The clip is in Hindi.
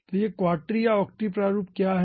तो यह क्वाट्री या ऑक्ट्री प्रारूप क्या है